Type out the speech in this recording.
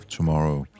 Tomorrow